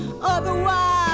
otherwise